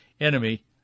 enemy